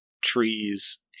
trees